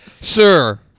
Sir